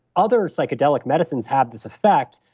other psychedelic medicines have this effect,